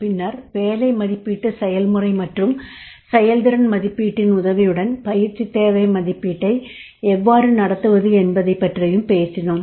பின்னர் வேலை மதிப்பீட்டு செயல்முறை மற்றும் செயல்திறன் மதிப்பீட்டின் உதவியுடன் பயிற்சித் தேவை மதிப்பீட்டை எவ்வாறு நடத்துவது என்பதைப் பற்றியும் பேசினோம்